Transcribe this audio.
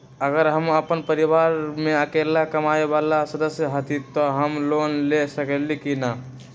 अगर हम अपन परिवार में अकेला कमाये वाला सदस्य हती त हम लोन ले सकेली की न?